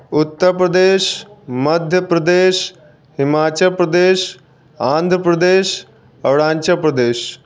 Uttar Pradesh Madhya Pradesh Himachal Pradesh Andhra Pradesh Arunachal Pradesh